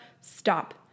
Stop